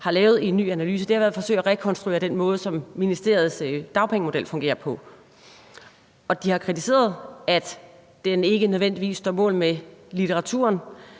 har lavet i en ny analyse, har været at forsøge at rekonstruere den måde, som ministeriets dagpengemodel fungerer på. De har kritiseret, at den ikke nødvendigvis står mål med litteraturen.